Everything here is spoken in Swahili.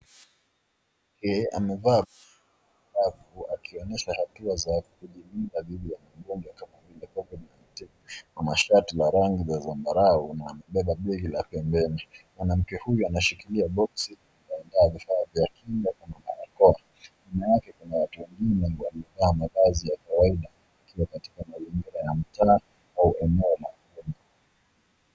Amevaa bavu akionyesha hatua za kujilinda dhidi ya magonjwa kama vile COVID-19. Ana shati la rangi za zambarau na amebeba begi la pembeni. Mwanamke huyu anashikilia boksi lenye vifaa vya kinga kama barakoa. Nyuma yake kuna watu wengine waliovaa mavazi ya kawaida, wakiwa katika mazingira ya mtaa au eneo la umma.